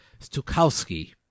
Stukowski